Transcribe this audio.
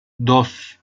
dos